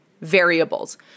variables